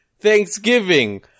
Thanksgiving